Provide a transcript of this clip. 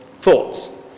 thoughts